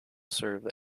serve